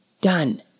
done